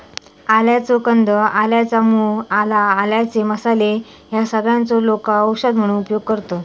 आल्याचो कंद, आल्याच्या मूळ, आला, आल्याचे मसाले ह्या सगळ्यांचो लोका औषध म्हणून उपयोग करतत